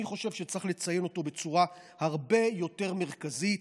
אני חושב שצריך לציין אותו בצורה הרבה יותר מרכזית,